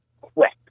quick